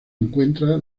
encuentra